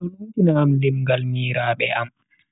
Do numtina am limngaal miraabe am.